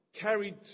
carried